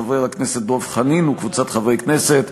של חברת הכנסת עליזה לביא וקבוצת חברי הכנסת,